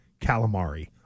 Calamari